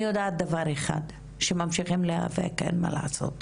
אני יודעת דבר אחד: שממשיכים להיאבק ואין מה לעשות.